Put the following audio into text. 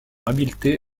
habileté